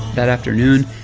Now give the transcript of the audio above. that afternoon,